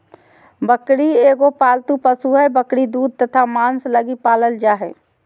बकरी एगो पालतू पशु हइ, बकरी दूध तथा मांस लगी पालल जा हइ